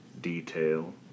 detail